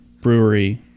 brewery